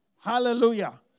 Hallelujah